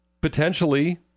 potentially